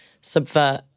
subvert